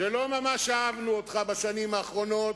שלא ממש אהבנו אותך בשנים האחרונות,